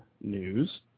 news